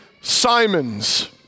Simon's